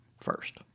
first